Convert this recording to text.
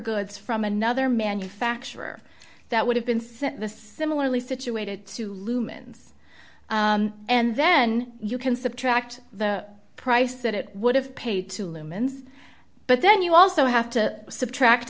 goods from another manufacturer that would have been sent the similarly situated to lumens and then you can subtract the price that it would have paid to lumens but then you also have to subtract